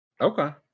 Okay